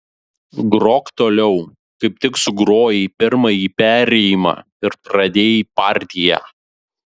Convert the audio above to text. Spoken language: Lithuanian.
grok toliau kaip tik sugrojai pirmąjį perėjimą ir pradėjai partiją